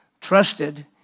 Trusted